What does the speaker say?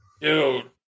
Dude